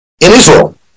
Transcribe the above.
Israel